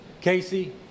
Casey